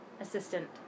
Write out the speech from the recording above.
assistant